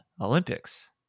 Olympics